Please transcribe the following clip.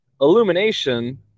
Illumination